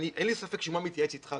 אין לי ספק שאם הוא היה מתייעץ איתך,